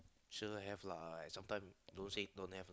sure have lah I sometime don't say don't have